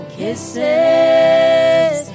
kisses